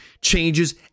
changes